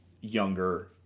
younger